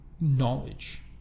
Knowledge